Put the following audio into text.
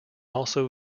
also